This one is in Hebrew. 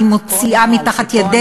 היא מוציאה מתחת ידיה,